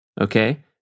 Okay